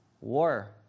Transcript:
war